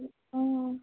మ్మ్